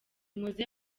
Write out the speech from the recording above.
muze